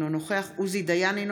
אינו נוכח עוזי דיין,